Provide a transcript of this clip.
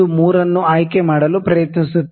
3 ಅನ್ನು ಆಯ್ಕೆ ಮಾಡಲು ಪ್ರಯತ್ನಿಸುತ್ತೇನೆ